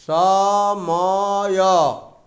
ସମୟ